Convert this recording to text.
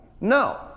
No